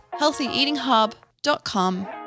healthyeatinghub.com